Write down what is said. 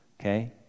Okay